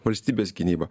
valstybės gynybą